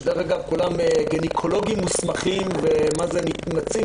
שדרך אגב כולם גניקולוגים מוסמכים ומתמצאים